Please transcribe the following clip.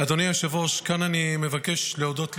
אדוני היושב-ראש, כאן אני מבקש להודות לאשתי,